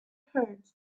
heard